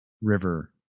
river